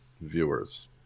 viewers